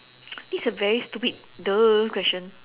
this is a very stupid !duh! question